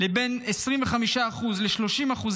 ל-25% עד 30%,